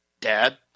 dad